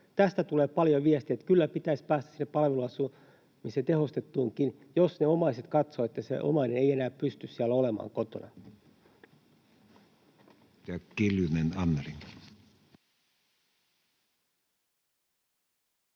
Tästä tulee paljon viestiä, eli kyllä pitäisi päästä sinne tehostettuunkin palveluasumiseen, jos omaiset katsovat, että se omainen ei enää pysty siellä kotona